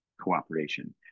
cooperation